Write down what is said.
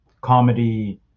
Comedy